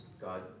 God